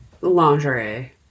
lingerie